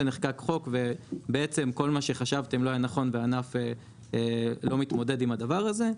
ונחקק חוק ובעצם כל מה שחשבתם לא היה נכון והענף לא מתמודד עם הדבר הזה,